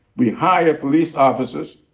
we hire police officers